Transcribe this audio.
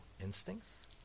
instincts